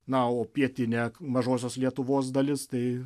na o pietinė mažosios lietuvos dalis tai